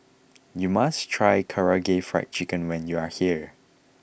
you must try Karaage Fried Chicken when you are here